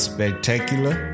Spectacular